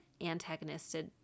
antagonistic